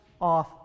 off